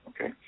Okay